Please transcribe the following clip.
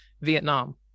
Vietnam